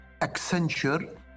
Accenture